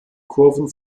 kurven